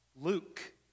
Luke